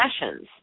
sessions